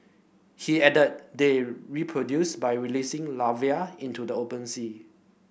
he added they reproduce by releasing larvae into the open sea